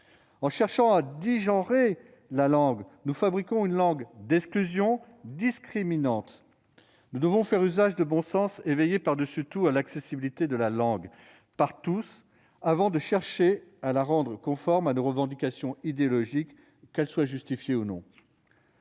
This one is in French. En cherchant à dégenrer la langue, nous fabriquons une langue d'exclusion, une langue discriminante. Nous devons faire usage de bon sens et veiller par-dessus tout à l'accessibilité de la langue pour tous, avant de chercher à la rendre conforme à nos revendications idéologiques, justifiées ou non.